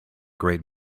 great